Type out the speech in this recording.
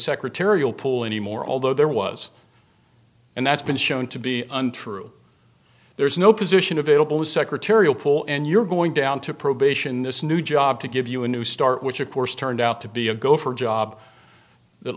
secretarial pool anymore although there was and that's been shown to be untrue there is no position available secretarial pool and you're going down to probation this new job to give you a new start which of course turned out to be a go for job that